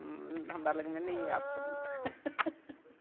हमरा लगमे नहि अइ आब सबूत